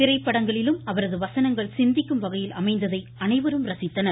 திரைப்படங்களிலும் அவரது வசனங்கள் சிந்திக்கும் வகையில் அமைந்ததை அனைவரும் ரசித்தனர்